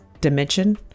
dimension